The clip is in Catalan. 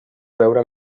beure